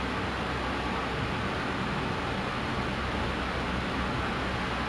I will meditate yes all that all that shit